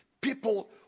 people